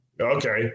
Okay